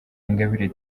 ingabire